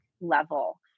level